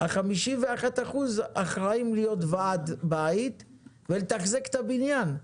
ה-51% אחראים להיות ועד בית ולתחזק את הבניין,